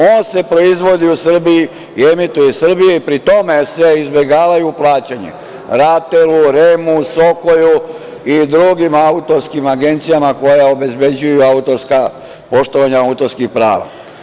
On se proizvodi u Srbiji i emituje u Srbiji, a pri tome se izbegava plaćanje RATEL-u, REM-u, „Sokoju“ i drugim autorskim agencijama koje obezbeđuju poštovanje autorskih prava.